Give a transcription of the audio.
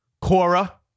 Cora